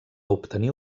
obtenir